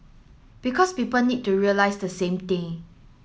because people need to realise the same thing